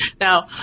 now